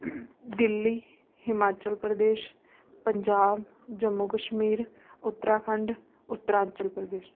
Delhi Himachal Pradesh Punjab Jammu Kashmir Uttarakhand Uttaranchal Pradesh